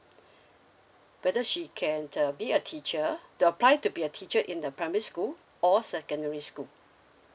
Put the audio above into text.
whether she can uh be a teacher to apply to be a teacher in the primary school or secondary school